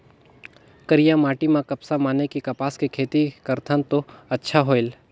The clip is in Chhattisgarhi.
करिया माटी म कपसा माने कि कपास के खेती करथन तो अच्छा होयल?